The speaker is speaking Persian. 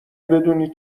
بدونی